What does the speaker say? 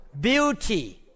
beauty